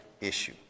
issue